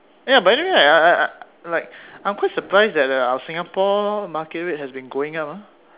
ya by the way right I I like I'm quite surprised that uh our Singapore market rate has been going up ah